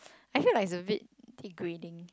I feel like it's a bit degrading